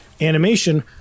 animation